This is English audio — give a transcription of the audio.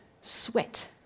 sweat